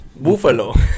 Buffalo